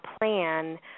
plan